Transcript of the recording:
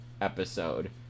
episode